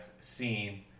seen